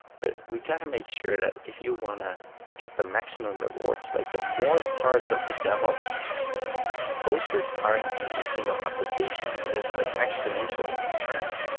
but we got to make sure that if you want to get the maximum rewards, like the more parts of the devops process are in the single application, it does like exponential returns.